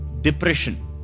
Depression